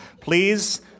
please